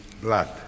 blood